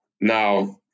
now